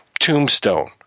Tombstone